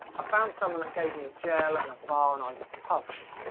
ah found someone that gave me a gel and a bar and i recovered.